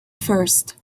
first